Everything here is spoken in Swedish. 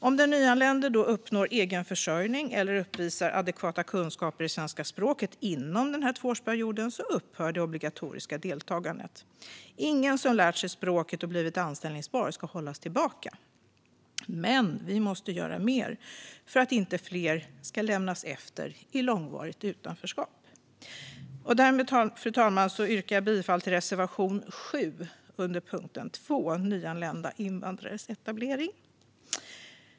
Om den nyanlände då uppnår egen försörjning eller uppvisar adekvata kunskaper i svenska språket inom tvåårsperioden upphör det obligatoriska deltagandet. Ingen som har lärt sig språket och har blivit anställbar ska hållas tillbaka, men vi måste göra mer för att inte fler ska lämnas till långvarigt utanförskap. Därmed, fru talman, yrkar jag bifall till reservation 7 under punkt 2, Nyanlända invandrares etablering.